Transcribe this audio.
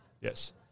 yes